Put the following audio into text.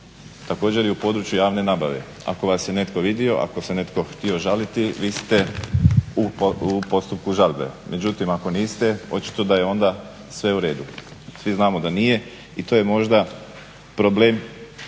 Također i u području javne nabave ako vas je netko vidio, ako se netko htio žaliti vi ste u postupku žalbe. Međutim, ako niste očito da je onda sve u redu. Svi znamo da nije i to je možda problem